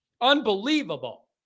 Unbelievable